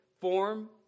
form